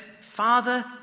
Father